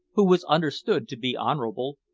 who was understood to be honourable,